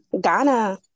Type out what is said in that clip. Ghana